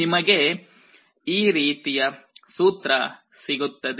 ನಿಮಗೆ ಈ ರೀತಿಯ ಸೂತ್ರ ಸಿಗುತ್ತದೆ